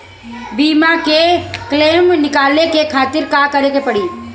बीमा के क्लेम निकाले के खातिर का करे के पड़ी?